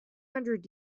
hundred